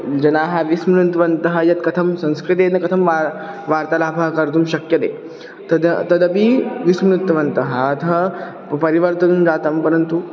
जनाः विस्मृतवन्तः यत् कथं संस्कृतेन कथं वा वार्तालापः कर्तुं शक्यते तदा तदपि विस्मृतवन्तः अतः परिवर्तनं जातं परन्तु